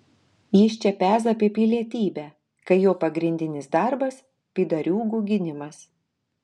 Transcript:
jis čia peza apie pilietybę kai jo pagrindinis darbas pydariūgų gynimas